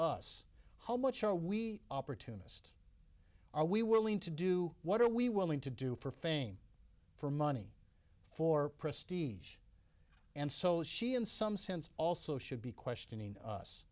us how much are we opportunist are we willing to do what are we willing to do for fame for money for christine age and so is she in some sense also should be questioning us